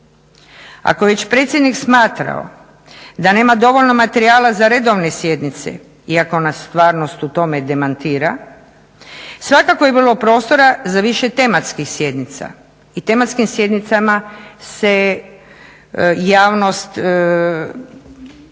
Ako je već predsjednik smatrao da nema dovoljno materijala za redovne sjednice, iako nas stvarnost u tome demantira, svakako je bilo prostora za više tematskih sjednica i tematskim sjednicama se javnost